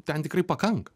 ten tikrai pakanka